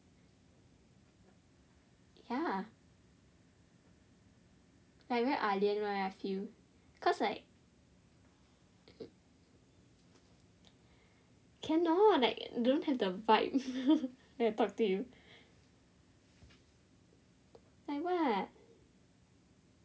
ya like very ah lian lor I feel cause like cannot like don't have the vibe when I talk to you like what